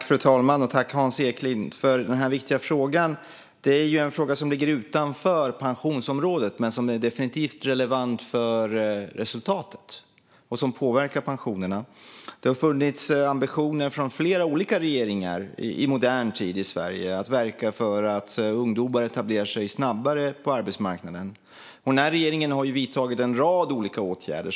Fru talman! Tack, Hans Eklind, för den här viktiga frågan! Det är en fråga som ligger utanför pensionsområdet, men den är definitivt relevant för resultatet och påverkar pensionerna. Det har funnits ambitioner hos flera olika regeringar i modern tid i Sverige att verka för att ungdomar ska etablera sig snabbare på arbetsmarknaden. Den här regeringen har vidtagit en rad olika åtgärder.